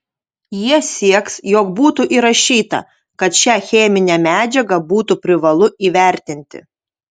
jie sieks jog būtų įrašyta kad šią cheminę medžiagą būtų privalu įvertinti